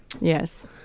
Yes